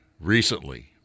recently